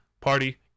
party